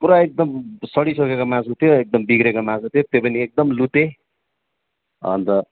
पुरा एकदम सडिसकेको मासु थियो एकदमै बिग्रिएको मासु थियो त्यो पनि एकदम लुते अन्त